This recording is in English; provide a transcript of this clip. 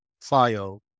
file